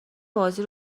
بازی